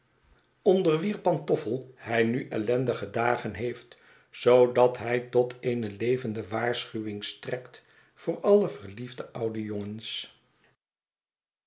onder wier pantoffel hij nu ellendige dagen heeft zoodat hij tot eene levende waarschuwing strekt voor alle verliefde oude jongens